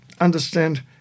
understand